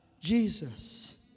Jesus